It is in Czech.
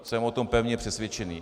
Jsem o tom pevně přesvědčen.